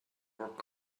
rock